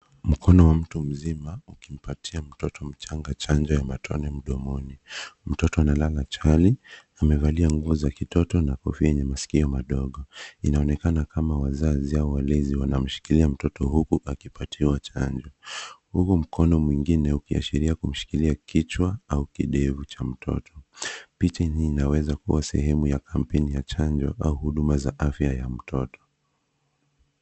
Mkono wa mtu mzima uimpatia mtoto mchanga chanjo ya matone mdomoni. Mtoto analala chali amevalia nguo za kitoto na kofia yenye maskio madogo. Inaonekana kama wazazi au walezi wanamshikilia mtoto huku akipatiwa chanjo, huku mkono mwingine ukiashiria kumshikilia kichwa au kidevu cha mtoto. Picha hii inaweza kuwa sehemu ya kampeni ya chanjo au huduma za afya ya mtoto.